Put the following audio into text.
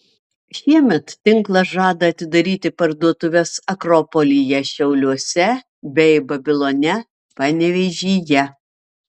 šiemet tinklas žada atidaryti parduotuves akropolyje šiauliuose bei babilone panevėžyje